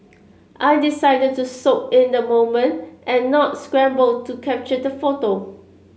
I decided to soak in the moment and not scramble to capture the photo